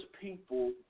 people